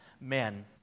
men